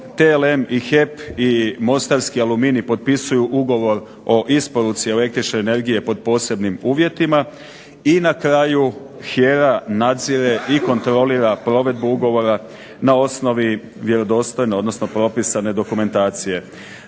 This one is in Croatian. TLM i HEP i Mostarski aluminij potpisuju ugovor o isporuci električne energije pod posebnim uvjetima, i na kraju HERA nadzire i kontrolira provedbu ugovora na odnosi vjerodostojne odnosno propisane dokumentacije.